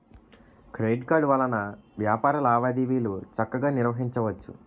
credit card వలన వ్యాపార లావాదేవీలు చక్కగా నిర్వహించవచ్చు